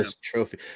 trophy